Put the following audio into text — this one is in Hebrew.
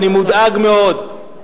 שאני מודאג מאוד.